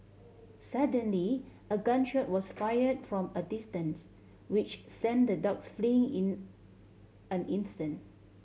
suddenly a gun shot was fired from a distance which sent the dogs flee in an instant